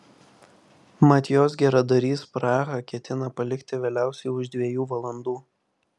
mat jos geradarys prahą ketina palikti vėliausiai už dviejų valandų